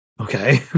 Okay